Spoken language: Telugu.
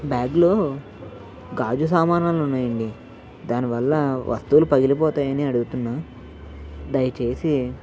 బ్యాగ్లో గాజు సామానాలు ఉన్నాయండీ దానివల్లా వస్తువులు పగిలిపోతాయని అడుగుతున్నా దయచేసీ